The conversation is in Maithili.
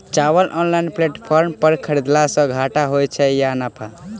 चावल ऑनलाइन प्लेटफार्म पर खरीदलासे घाटा होइ छै या नफा?